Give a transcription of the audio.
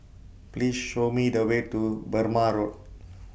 Please Show Me The Way to Burmah Road